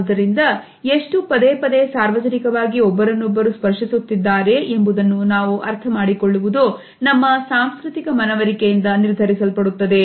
ಆದುದರಿಂದ ಎಷ್ಟು ಪದೇಪದೇ ಸಾರ್ವಜನಿಕವಾಗಿ ಒಬ್ಬರನ್ನೊಬ್ಬರು ಸ್ಪರ್ಶಿಸುತ್ತಿದ್ದಾರೆ ಎಂಬುದನ್ನು ನಾವು ಅರ್ಥ ಮಾಡಿಕೊಳ್ಳುವುದು ನಮ್ಮ ಸಾಂಸ್ಕೃತಿಕ ಮನವರಿಕೆ ಯಿಂದ ನಿರ್ಧರಿಸಲ್ಪಡುತ್ತದೆ